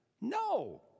No